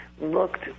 looked